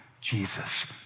Jesus